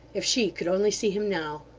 if she could only see him now!